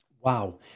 Wow